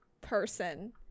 person